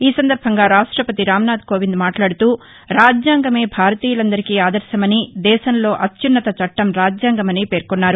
ఈసందర్భంగా రాష్టపతి రామ్నాథ్ కోవింద్ మాట్లాడుతూ రాజ్యాంగమే భారతీయులందరికీ ఆదర్భమని దేశంలో అత్యున్నత చట్టం రాజ్యాంగమని పేర్కొన్నారు